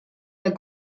der